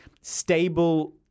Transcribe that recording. stable